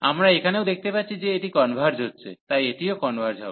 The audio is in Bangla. আমরা এখানেও দেখতে পাচ্ছি যে এটি কনভার্জ হচ্ছে তাই এটিও কনভার্জ হবে